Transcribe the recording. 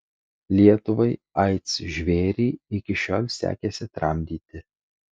lietuvai aids žvėrį iki šiol sekėsi tramdyti